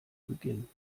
beginnen